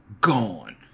gone